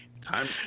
time